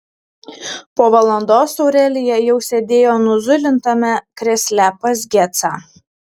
po valandos aurelija jau sėdėjo nuzulintame krėsle pas gecą